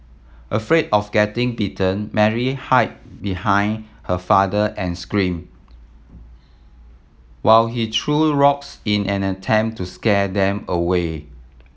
afraid of getting bitten Mary hid behind her father and scream while he threw rocks in an attempt to scare them away